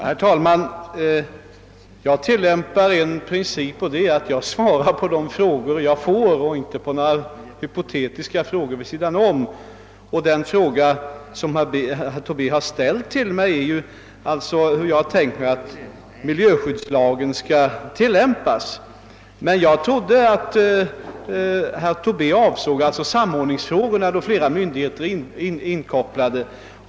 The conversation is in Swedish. Herr talman! Jag tillämpar principen att svara på de frågor jag får och inte på några hypotetiska spörsmål vid sidan om. Den fråga herr Tobe ställde till mig gällde ju hur jag tänker mig att miljöskyddslagen skall tillämpas. Jag trodde att herr Tobé avsåg samordningsfrågorna då flera myndigheter är inkopplade.